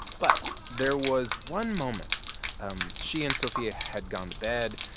but there was one moment um she and sophia had gone to bed.